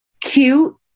cute